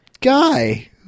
guy